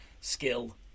skill